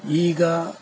ಈಗ